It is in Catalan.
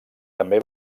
també